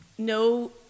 No